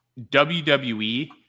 WWE